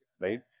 Right